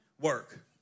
work